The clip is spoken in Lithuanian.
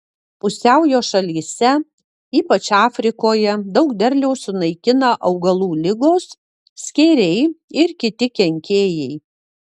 pusiaujo šalyse ypač afrikoje daug derliaus sunaikina augalų ligos skėriai ir kiti kenkėjai